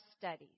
studies